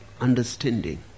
understanding